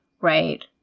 right